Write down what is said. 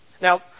Now